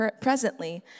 presently